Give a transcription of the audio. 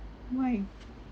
why